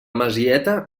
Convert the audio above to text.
masieta